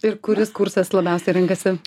ir kuris kursas labiausia renkasi